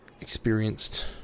experienced